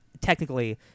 technically